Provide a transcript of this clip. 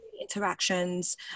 interactions